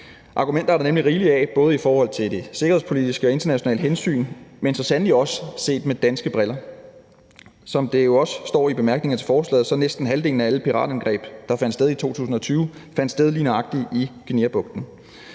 Argumenter er der nemlig rigeligt af, både i forhold til det sikkerhedspolitiske og internationale hensyn, men så sandelig også set med danske briller. Som der jo også står i bemærkningerne til forslaget, fandt næsten halvdelen af alle piratangreb i 2020 sted i lige nøjagtig Guineabugten,